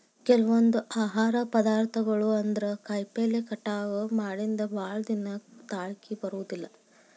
ಕೆಲವೊಂದ ಆಹಾರ ಪದಾರ್ಥಗಳು ಅಂದ್ರ ಕಾಯಿಪಲ್ಲೆ ಕಟಾವ ಮಾಡಿಂದ ಭಾಳದಿನಾ ತಾಳಕಿ ಬರುದಿಲ್ಲಾ